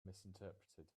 misinterpreted